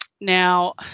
Now